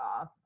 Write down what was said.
off